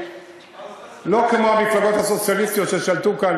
לא כמו המפלגות הסוציאליסטיות ששלטו כאן